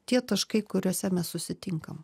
tie taškai kuriuose mes susitinkam